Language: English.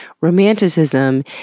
romanticism